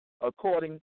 according